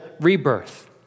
rebirth